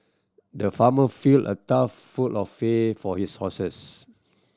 the farmer filled a trough full of fair for his horses